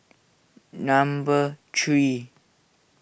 number three